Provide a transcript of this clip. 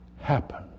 happen